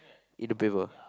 in the paper